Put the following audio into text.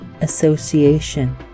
Association